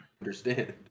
understand